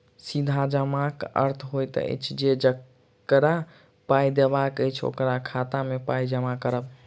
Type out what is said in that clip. सीधा जमाक अर्थ होइत अछि जे जकरा पाइ देबाक अछि, ओकरा खाता मे पाइ जमा करब